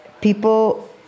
People